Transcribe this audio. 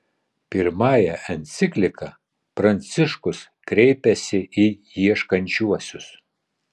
pirmąja enciklika pranciškus kreipiasi į ieškančiuosius